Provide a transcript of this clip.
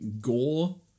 Gore